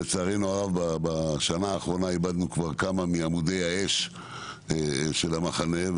לצערנו הרב איבדנו בשנה האחרונה כבר כמה מעמודי האש של המחנה,